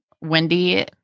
Wendy